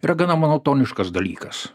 yra gana monotoniškas dalykas